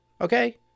Okay